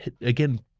again